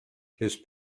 his